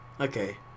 Okay